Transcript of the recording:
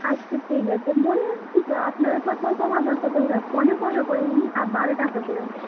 আচ্ছা ঠিক আছে বললাম তো আপনার কথাও থাক আমার কথাও রাখ পনেরো টাকা করে নিন বারো টাকা করে নিন